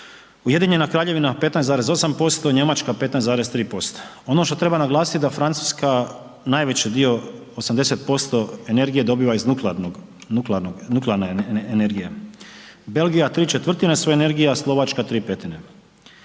Ujedinjena Kraljevina 15,8%, Njemačka 15,3%. Ono što treba naglasiti da Francuska najveći dio 80% energije dobiva iz nuklearnog, nuklearne energije. Belgija 3/4 su energija, a Slovačka 3/5.